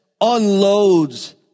unloads